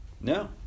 No